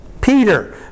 Peter